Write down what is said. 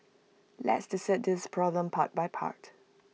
let's dissect this problem part by part